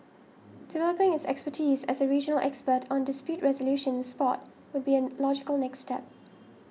developing its expertise as a regional expert on dispute resolution in sport would be an logical next step